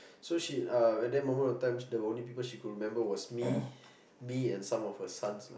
so she uh at that moment of time the only people she could remember was me me and some of her sons lah